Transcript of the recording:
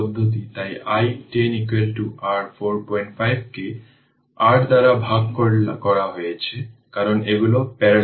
সুতরাং current division পদ্ধতি তাই i 10 r 45 কে r দ্বারা ভাগ করা হয়েছে কারণ এগুলো প্যারালেল